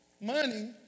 money